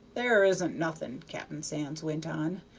there isn't nothing, cap'n sands went on,